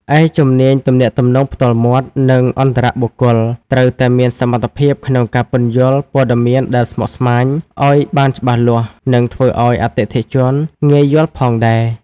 ឯ ជំនាញទំនាក់ទំនងផ្ទាល់មាត់ និងអន្តរបុគ្គល ត្រូវតែមានសមត្ថភាពក្នុងការពន្យល់ព័ត៌មានដែលស្មុគស្មាញឱ្យបានច្បាស់លាស់ និងធ្វើអោយអតិថិជនងាយយល់ផងដែរ។